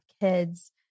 kids